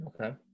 okay